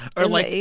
or, like,